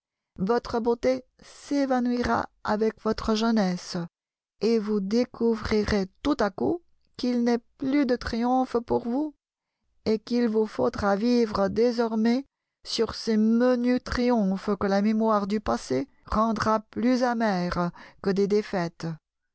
votre beauté s'évanouira avec votre jeunesse et vous découvrirez tout à coup qu'il n'est plus de triomphes pour vous et qu'il vous faudra vivre désormais sur ces menus triomphes que la mémoire du passé rendra plus amers que des défaites